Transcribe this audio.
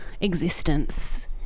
existence